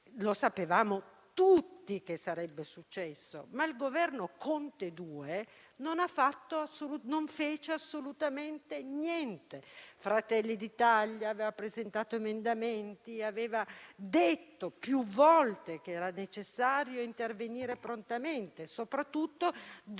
dopo la scorsa estate, ma il Governo Conte II non fece assolutamente niente. Fratelli d'Italia aveva presentato emendamenti, aveva detto più volte che era necessario intervenire prontamente, soprattutto dove